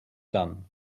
done